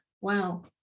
wow